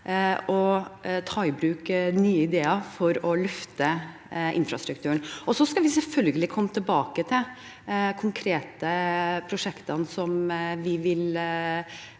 og ta i bruk nye ideer for å løfte infrastrukturen. Vi skal selvfølgelig komme tilbake til de konkrete prosjektene vi vil